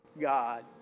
God